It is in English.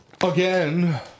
again